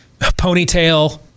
ponytail